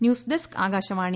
news desk Akashvani